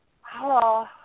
Hello